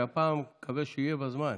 שהפעם אני מקווה שיהיה בזמן.